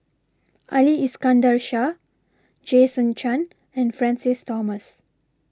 Ali Iskandar Shah Jason Chan and Francis Thomas